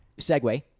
segue